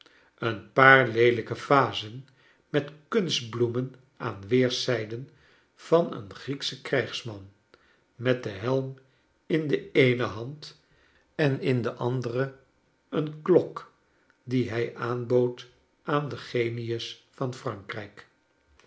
een paar leelijke vazen met kunstbloemen aan weerszijden van een grriekschen krijgsman met de helm in de eene hand en in de andere een klok die hij aanbood aan den genius van frankrijk